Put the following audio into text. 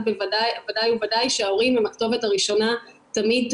בוודאי ובוודאי שההורים הם הכתובת הראשונה תמיד.